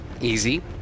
easy